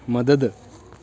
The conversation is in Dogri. मदद